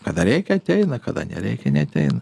kada reikia ateina kada nereikia neateina